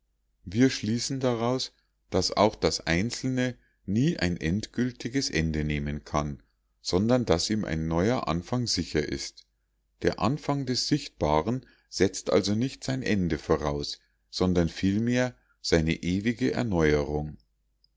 wir schließen daraus daß auch das einzelne nie ein endgültiges ende nehmen kann sondern daß ihm ein neuer anfang sicher ist der anfang des sichtbaren setzt also nicht sein ende voraus sondern vielmehr seine ewige erneuerung